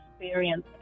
experience